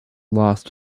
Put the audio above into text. lost